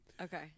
Okay